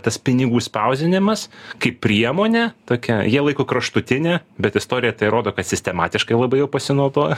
tas pinigų spausdinimas kaip priemonė tokią jie laiko kraštutine bet istorija tai rodo kad sistematiškai labai jau pasinaudoja